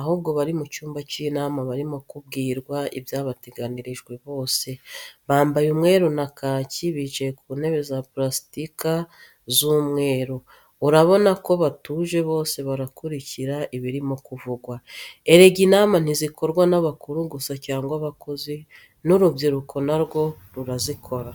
ahubwo bari mu cyumba cy'inama barimo kubwirwa icyabateganyirijwe bose, bamabaye umweru na kaki bicaye kuntebe za purasitika z'umweru, urabona ku batuje bose barakurikiye ibirimo kuvugwa. Erega inama ntizikorwa n'abakuru gusa cyangwa abakozi n'urubyiruko na rwo rurazikora.